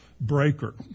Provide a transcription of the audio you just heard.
breaker